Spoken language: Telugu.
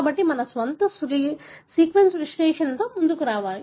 కాబట్టి మన స్వంత సీక్వెన్స్ విశ్లేషణతో ముందుకు రావాలి